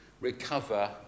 recover